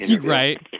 right